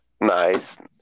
Nice